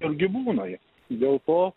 ir gyvūnai dėl to